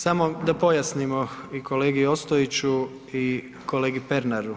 Samo da pojasnimo i kolegi Ostojiću i kolegi Pernaru.